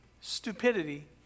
stupidity